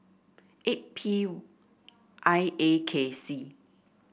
eight P I A K C